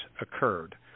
occurred